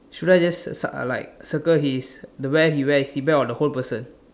should I just cir~ uh like circle his the wear he wear the back or the whole person